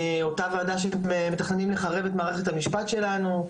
אותה ועדה שגם מתכננים לחרב את מערכת המשפט שלנו.